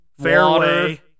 fairway